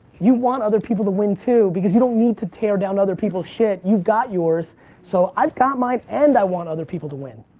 you want other people to win too because you don't need to tear down other people's shit. you got yours so i've got my and i want other people to win.